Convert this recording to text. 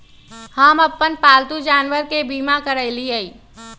हम अप्पन पालतु जानवर के बीमा करअलिअई